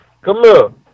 come